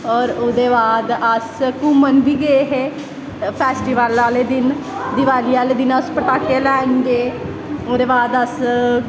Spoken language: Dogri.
और ओह्दे बाद अस घूमन बी गे हे फैसटिवल आह्ले दिन दीवाली आह्ले दिन अल पटाके लैन गे ओह्दे बाद अस